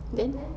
mm